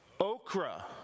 Okra